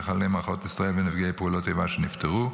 חללי מערכות ישראל ונפגעי פעולות האיבה שנפטרו.